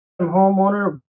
homeowner